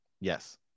yes